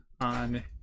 on